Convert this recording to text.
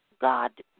God